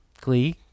Glee